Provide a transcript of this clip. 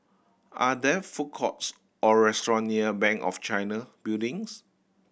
are there food courts or restaurant near Bank of China Buildings